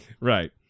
Right